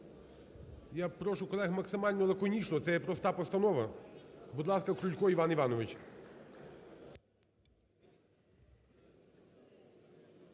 Я прошу колег максимально лаконічно, це є проста постанова. Будь ласка, Крулько Іван Іванович.